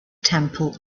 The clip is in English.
temple